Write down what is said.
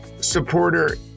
supporter